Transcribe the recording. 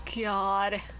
God